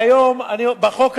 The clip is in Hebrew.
והיום, בחוק הזה,